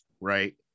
right